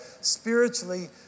Spiritually